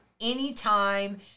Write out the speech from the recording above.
anytime